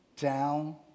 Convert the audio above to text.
down